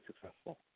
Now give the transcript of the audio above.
successful